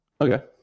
okay